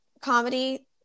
comedy